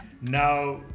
now